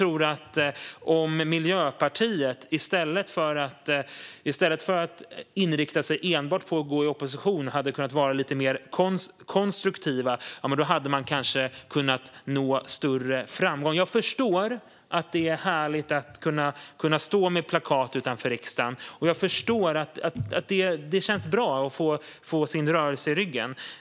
Om Miljöpartiet hade kunnat vara lite mer konstruktiva i stället för att inrikta sig enbart på att gå i opposition tror jag att de kanske hade kunnat nå större framgång. Jag förstår att det är härligt att stå med plakat utanför riksdagen, och jag förstår att det känns bra att ha sin rörelse i ryggen.